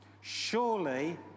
Surely